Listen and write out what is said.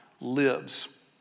lives